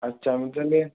আচ্ছা আমি তাহলে